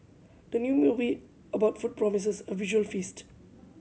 the new movie about food promises a visual feast